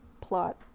plot